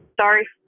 Sorry